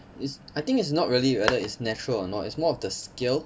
is I think is not really whether it's natural or not it's more of the scale